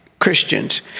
Christians